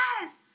yes